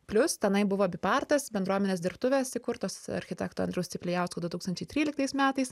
plius tenai buvo bipartas bendruomenės dirbtuvės įkurtos architekto andriaus ciplijausko du tūkstančiai tryliktais metais